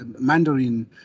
Mandarin